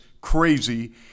crazy